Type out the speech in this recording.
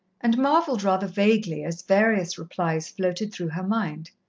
and marvelled rather vaguely as various replies floated through her mind.